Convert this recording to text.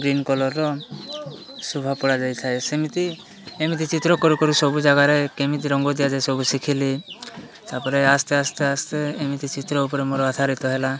green କଲରର ଶୋଭା ପଡ଼ା ଯାଇଥାଏ ସେମିତି ଏମିତି ଚିତ୍ର କରୁ କର ସବୁ ଜାଗାରେ କେମିତି ରଙ୍ଗ ଦିଆଯାଏ ସବୁ ଶିଖିଲି ତା'ପରେ ଆସ୍ତେ ଆସ୍ତେ ଆସ୍ତେ ଏମିତି ଚିତ୍ର ଉପରେ ମୋର ଆଧାରିତ ହେଲା